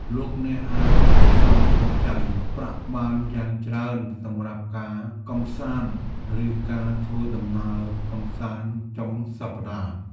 លោកអ្នកអាចសន្សំសំចៃប្រាក់បានយ៉ាងច្រើនសម្រាប់ការកម្សាន្តឬការធ្វើដំណើរកម្សាន្តចុងសប្ដាហ៍។